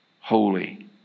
holy